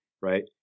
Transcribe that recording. right